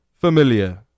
familiar